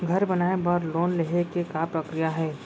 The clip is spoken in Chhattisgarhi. घर बनाये बर लोन लेहे के का प्रक्रिया हे?